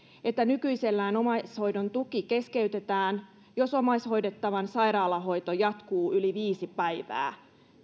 että nykyisellään omaishoidon tuki keskeytetään jos omaishoidettavan sairaalahoito jatkuu yli viisi päivää